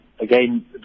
again